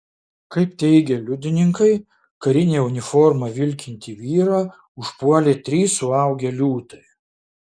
kaip teigia liudininkai karine uniforma vilkintį vyrą užpuolė trys suaugę liūtai